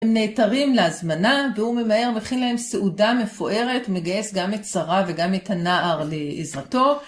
הם נעתרים להזמנה והוא ממהר מכין להם סעודה מפוארת, מגייס גם את שרה וגם את הנער לעזרתו.